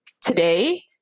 today